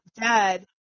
dead